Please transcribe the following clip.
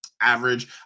average